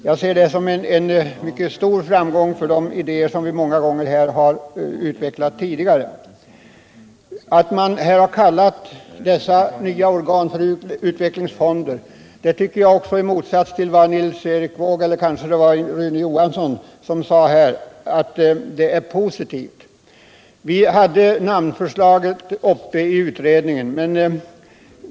Jag ser det som en stor framgång för de idéer som vi utvecklat här många gånger tidigare. Att man kallar dessa nya organ för utvecklingsfonder tycker jag — i motsats till Rune Johansson — är positivt. Vi hade namnfrågan uppe i utredningen.